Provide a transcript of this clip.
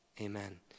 amen